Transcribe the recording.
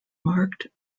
marked